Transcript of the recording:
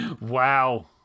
Wow